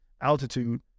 altitude